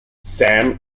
sam